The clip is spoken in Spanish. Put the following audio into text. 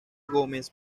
gómez